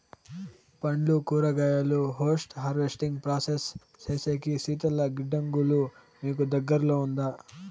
పండ్లు కూరగాయలు post harvesting process సేసేకి శీతల గిడ్డంగులు మీకు దగ్గర్లో ఉందా?